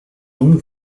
donc